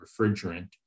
refrigerant